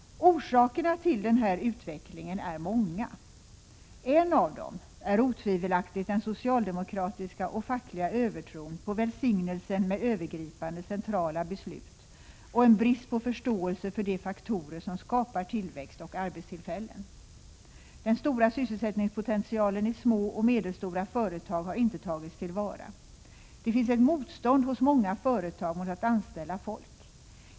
Orsakerna till den här utvecklingen är många. En av dem är otvivelaktigt den socialdemokratiska och fackliga övertron på välsignelsen med övergripande centrala beslut och en brist på förståelse för de faktorer som skapar tillväxt och arbetstillfällen. Den stora sysselsättningspotentialen i små och medelstora företag har inte tagits till vara. Det finns ett motstånd hos många företag mot att anställa folk.